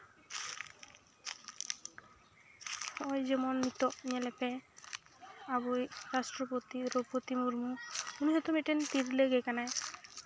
ᱦᱚᱜᱼᱚᱭ ᱡᱮᱢᱚᱱ ᱱᱤᱛᱳᱜ ᱧᱮᱞᱮᱯᱮ ᱟᱵᱚᱭᱤᱡ ᱨᱟᱥᱴᱨᱚᱯᱚᱛᱤ ᱫᱨᱳᱣᱯᱚᱫᱤ ᱢᱩᱨᱢᱩ ᱩᱱᱤ ᱦᱚᱸᱛᱚ ᱢᱤᱫᱴᱮᱱ ᱛᱤᱨᱞᱟᱹ ᱜᱮ ᱠᱟᱱᱟᱭ